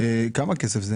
כמה כסף זה